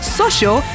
social